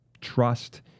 trust